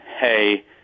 hey